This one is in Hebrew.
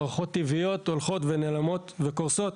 מערכות טבעיות הולכות ונעלמות וקורסות,